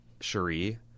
Cherie